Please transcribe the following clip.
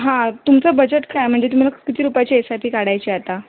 हां तुमचं बजेट काय आहे म्हणजे तुम्हाला किती रुपयांची एस आय पी काढायची आहे आता